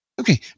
Okay